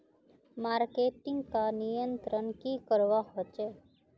Marketing का नियंत्रण की करवा होचे?